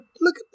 look